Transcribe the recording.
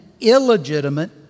illegitimate